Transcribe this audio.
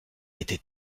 était